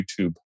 YouTube